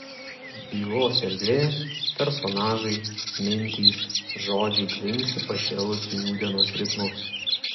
bylos erdvė personažai mintys žodžiai tvinksi pašėlusiu nūdienos ritmu